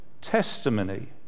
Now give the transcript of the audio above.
testimony